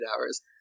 hours